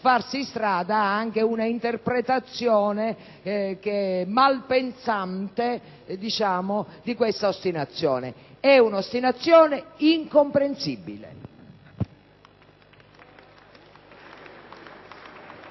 farsi strada anche una interpretazione malpensante di questa ostinazione. È una ostinazione incomprensibile.